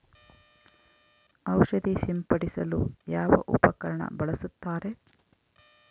ಔಷಧಿ ಸಿಂಪಡಿಸಲು ಯಾವ ಉಪಕರಣ ಬಳಸುತ್ತಾರೆ?